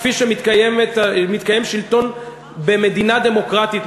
כפי שמתקיים שלטון במדינה דמוקרטית,